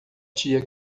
tia